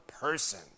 person